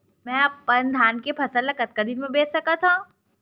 मैं अपन धान के फसल ल कतका दिन म बेच सकथो?